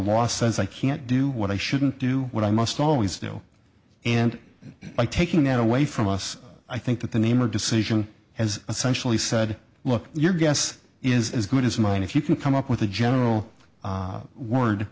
law says i can't do what i shouldn't do what i must always do and by taking that away from us i think that the name or decision as essentially said look your guess is as good as mine if you can come up with a general word